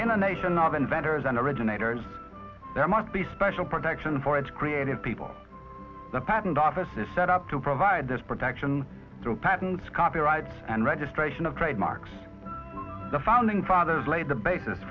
in a nation of inventors and originators there must be special protection for its creative people the patent office is set up to provide this protection through patents copyrights and registration of trademarks the founding fathers laid the basis